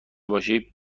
باشی